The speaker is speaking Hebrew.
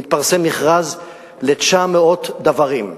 מתפרסם מכרז ל-900 דוורים.